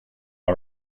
all